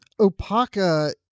Opaka